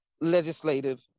legislative